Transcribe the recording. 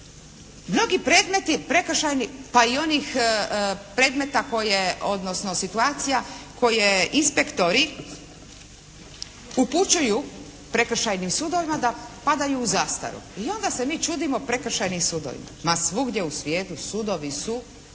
mnogi predmeti prekršajni pa i onih predmeta koje, odnosno situacija koje inspektori upućuju prekršajnim sudovima da padaju u zastaru. I onda se mi čudimo prekršajnim sudovima. Ma svugdje u svijetu sudovi su